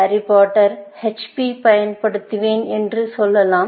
Harry பாட்டருக்கு HP பயன்படுத்துவேன் என்று சொல்லலாம்